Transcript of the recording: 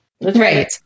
right